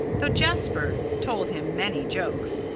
though jasper told him many jokes,